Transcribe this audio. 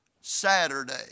Saturday